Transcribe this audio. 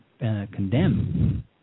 condemn